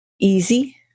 easy